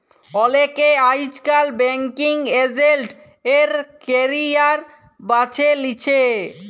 অলেকে আইজকাল banking agent এর ক্যারিয়ার বাছে লিছে